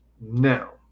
Now